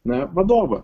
na vadovą